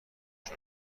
است